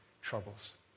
troubles